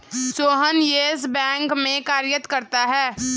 Sohan Yes Bank में कार्यरत है